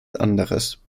anderes